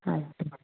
ಆಯಿತು